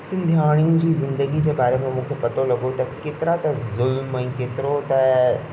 सिंधियाणियुनि जी ज़िंदगी जे बारे में मूंखे पतो लॻो त केतिरा त ज़ुल्म ऐं केतिरो त